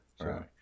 right